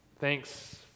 Thanks